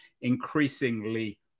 increasingly